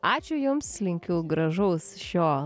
ačiū jums linkiu gražaus šio